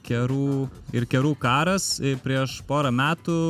kerų ir kerų karas prieš porą metų